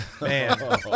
Man